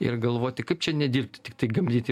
ir galvoti kaip čia nedirbti tiktai gimdyti